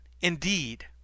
indeed